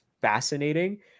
fascinating